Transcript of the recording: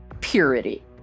purity